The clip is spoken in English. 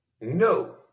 no